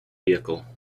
vehicle